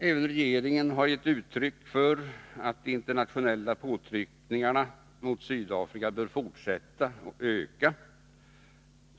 Även regeringen har givit uttryck för att de internationella påtryckningarna mot Sydafrika bör fortsätta och öka.